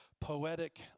poetic